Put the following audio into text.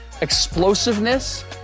explosiveness